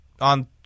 on